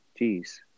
jeez